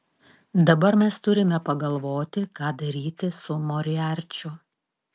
dabar mes turime pagalvoti ką daryti su moriarčiu